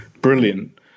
brilliant